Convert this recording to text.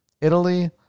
Italy